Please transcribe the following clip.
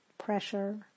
Pressure